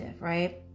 right